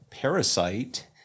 parasite